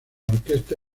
orquesta